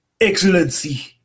Excellency